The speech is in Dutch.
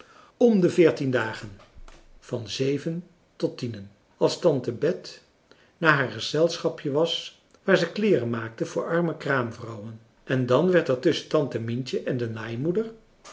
om de veertien dagen van zeven tot tienen als tante bet naar haar gezelschapje was waar ze kleeren maakten voor arme kraamvrouwen en dan werd er tusschen tante mientje en de naaimoeder